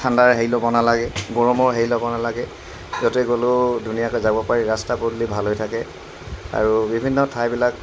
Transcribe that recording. ঠাণ্ডাৰ হেৰি ল'ব নালাগে গৰমৰ হেৰি ল'ব নালাগে য'তে গ'লেও ধুনীয়াকৈ যাব পাৰি ৰাস্তা পদূলি ভাল হৈ থাকে আৰু বিভিন্ন ঠাইবিলাক